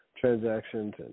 transactions